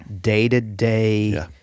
day-to-day